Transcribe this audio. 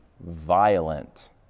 violent